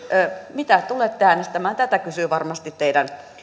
mitä tulette äänestämään tätä kysyvät varmasti teidän